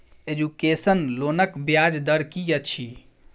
Education लोनक ब्याज दर की अछि?